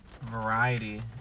variety